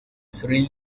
sri